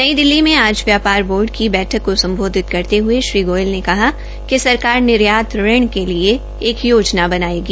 नई दिल्ली में आज व्यापार बोर्ड बैठक को सम्बोधित करते हये श्री गोयल ने कहा कि सरकार निर्यात ऋण के लिए एक योजना बनायेगी